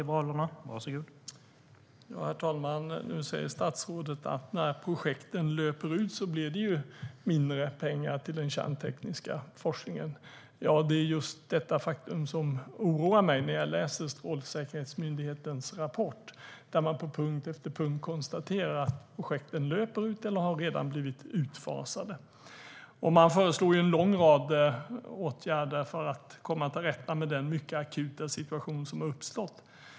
Herr talman! Nu säger statsrådet att när projekten löper ut blir det mindre pengar till den kärntekniska forskningen. Det är just detta faktum som oroar mig när jag läser Strålsäkerhetsmyndighetens rapport. Där konstaterar man på punkt efter punkt att projekten löper ut eller redan har blivit utfasade. Man föreslår en lång rad åtgärder för att komma till rätta med den mycket akuta situation som har uppstått.